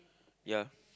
ya